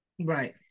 Right